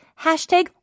hashtag